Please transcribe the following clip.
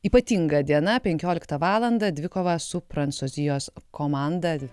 ypatinga diena penkioliktą valandą dvikova su prancūzijos komanda